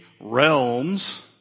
realms